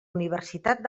universitat